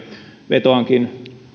vetoankin